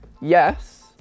Yes